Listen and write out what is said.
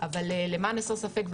אבל למען הסר ספק,